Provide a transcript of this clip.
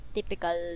Typical